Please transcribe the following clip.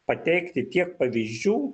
pateikti tiek pavyzdžių